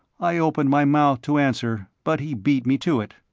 i opened my mouth to answer, but he beat me to it.